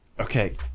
Okay